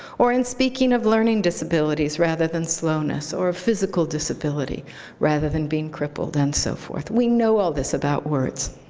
or in speaking of learning disabilities rather than slowness, or of physical disability rather than being crippled, and so forth. we know all this about words.